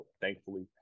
Thankfully